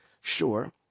Sure